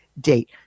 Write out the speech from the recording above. date